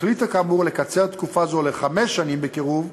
החליטה כאמור לקצר תקופה זו לחמש שנים בקירוב,